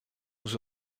nous